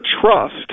trust